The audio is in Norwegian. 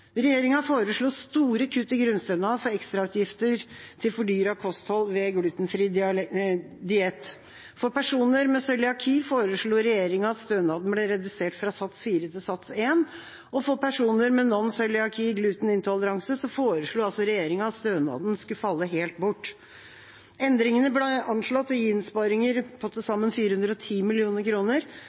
Regjeringa foreslo store kutt i grunnstønad for ekstrautgifter til fordyret kosthold ved glutenfri diett. For personer med cøliaki foreslo regjeringa at stønaden ble redusert fra sats 4 til sats 1, og for personer med non-cøliaki glutenintoleranse foreslo regjeringa at stønaden skulle falle helt bort. Endringene ble anslått å gi innsparinger på til sammen 410